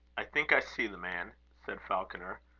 i think i see the man, said falconer.